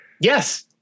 Yes